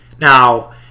now